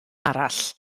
arall